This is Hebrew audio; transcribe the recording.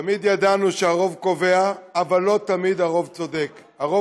תמיד ידענו שהרוב קובע, אבל לא תמיד הרוב צודק.